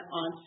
on